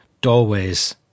doorways